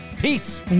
Peace